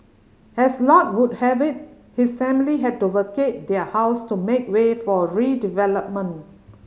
as luck would have it his family had to vacate their house to make way for redevelopment